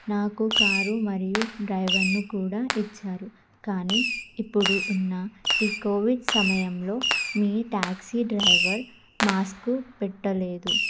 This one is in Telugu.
నాకు కారు మరియు డ్రైవర్ను కూడా ఇచ్చారు కానీ ఇప్పుడు ఉన్న ఈ కోవిడ్ సమయంలో మీ ట్యాక్సీ డ్రైవర్ మాస్కు పెట్టలేదు